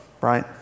right